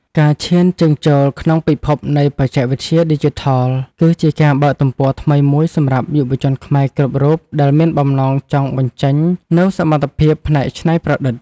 ការឈានជើងចូលក្នុងពិភពនៃបច្ចេកវិទ្យាឌីជីថលគឺជាការបើកទំព័រថ្មីមួយសម្រាប់យុវជនខ្មែរគ្រប់រូបដែលមានបំណងចង់បញ្ចេញនូវសមត្ថភាពផ្នែកច្នៃប្រឌិត។